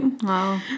wow